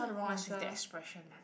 what's with the expression man